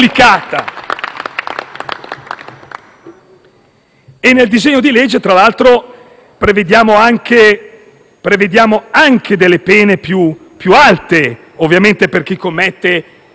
Nel disegno di legge, tra l'altro, prevediamo anche delle pene più alte per chi commette